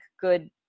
good